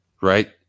right